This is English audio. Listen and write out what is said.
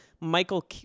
michael